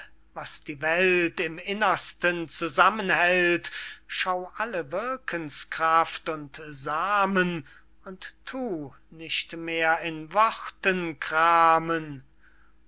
was die welt im innersten zusammenhält schau alle wirkenskraft und samen und thu nicht mehr in worten kramen